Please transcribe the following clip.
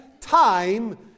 time